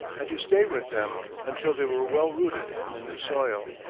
and to stay with them until they were well rooted in the new soil.